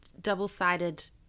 double-sided